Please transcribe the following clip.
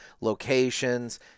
locations